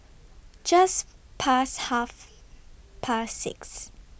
Just Past Half Past six